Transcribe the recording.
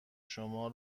شما